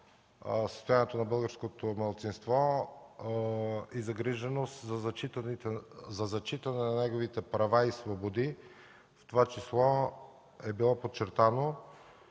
„Състоянието на българското малцинство и загриженост за зачитане на неговите права и свободи”. Било е подчертано,